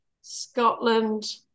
Scotland